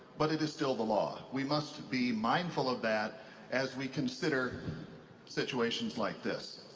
but it is still the law. we must be mindful of that as we consider situations like this.